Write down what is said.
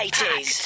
80s